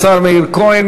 השר מאיר כהן.